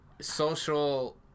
social